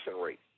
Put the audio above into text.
rate